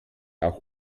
auch